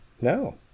No